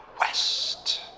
west